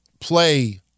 play